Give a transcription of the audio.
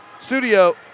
studio